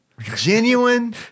Genuine